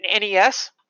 nes